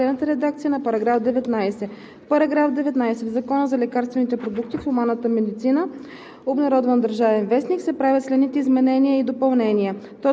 Комисията подкрепя предложението. Комисията подкрепя по принцип текста на вносителя и предлага следната редакция на § 19: „§ 19. В Закона за лекарствените продукти в хуманната медицина